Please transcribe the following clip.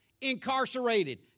Incarcerated